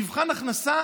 מבחן ההכנסה,